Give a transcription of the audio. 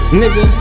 nigga